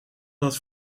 dat